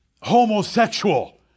homosexual